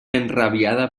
enrabiada